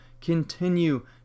continue